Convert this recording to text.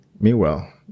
Meanwhile